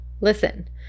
Listen